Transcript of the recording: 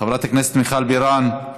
חברת הכנסת מיכל בירן,